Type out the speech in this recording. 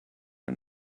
and